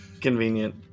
Convenient